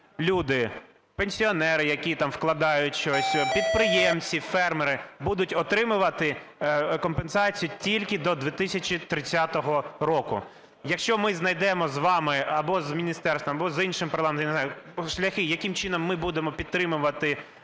люди – пенсіонери, які там вкладають щось, підприємці, фермери – будуть отримувати компенсацію тільки до 2030 року. Якщо ми знайдемо з вами або з міністерством, або з іншим парламентом, я не знаю, шляхи, яким чином ми будемо підтримувати малу